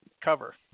cover